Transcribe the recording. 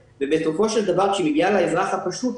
ובסופו של דבר כאשר היא מגיעה לאזרח הפשוט,